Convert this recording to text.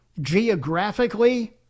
geographically